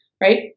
Right